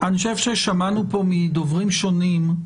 אני חושב שבעקבות דבריו של עלי שיבלי ושמענו את זה